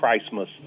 christmas